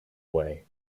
way